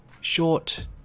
short